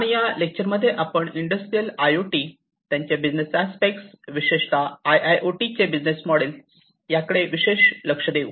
आणि या लेक्चरमध्ये आपण इंडस्ट्रियल आयओटी त्याचे बिझनेस अस्पेक्टस विशेषत आयआयओटीचे बिझनेस मॉडेल याकडे विशेष लक्ष देऊ